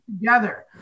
together